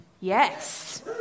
Yes